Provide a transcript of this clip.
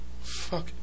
Fuck